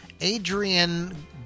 Adrian